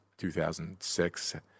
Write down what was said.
2006